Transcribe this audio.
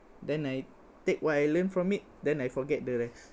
then I take what I learned from it then I forget the rest